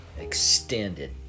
extended